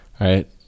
right